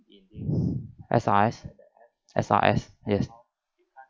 S_R_S S_R_S yes